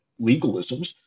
legalisms